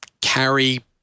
carry